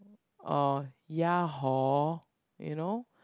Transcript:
or ya hor you know